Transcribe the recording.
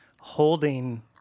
holding